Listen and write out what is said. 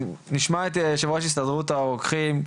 נשמע את יושב ראש הסתדרות הרוקחים,